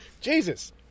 jesus